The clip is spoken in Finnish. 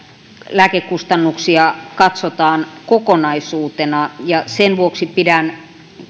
lääkekustannuksia katsotaan kokonaisuutena ja sen vuoksi pidän